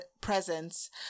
presence